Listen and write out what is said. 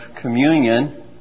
communion